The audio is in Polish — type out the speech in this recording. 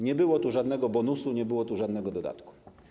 Nie było tu żadnego bonusu, nie było żadnego dodatku.